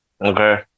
Okay